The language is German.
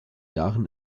jahren